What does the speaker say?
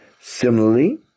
similarly